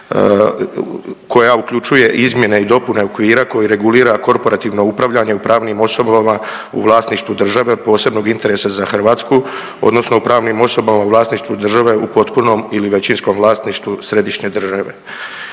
koja uključuje izmjene i dopune okvira koji regulira korporativno upravljanje u pravnim osobama u vlasništvu države od posebnog interesa za Hrvatsku odnosno u pravnim osobama u vlasništvu države u potpunom ili većinskom vlasništvu središnje države.